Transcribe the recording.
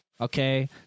okay